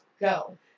go